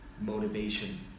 motivation